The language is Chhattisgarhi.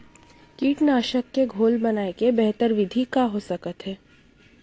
कीटनाशक के घोल बनाए के बेहतर विधि का हो सकत हे?